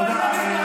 תודה.